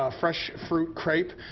ah fresh fruit crepe,